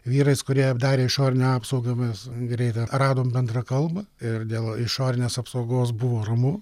vyrais kurie darė išorinę apsaugą mes greitai radom bendrą kalbą ir dėl išorinės apsaugos buvo ramu